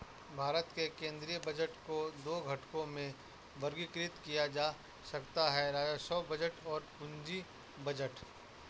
भारत के केंद्रीय बजट को दो घटकों में वर्गीकृत किया जा सकता है राजस्व बजट और पूंजी बजट